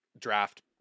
draft